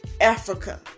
Africa